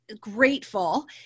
grateful